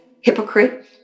hypocrite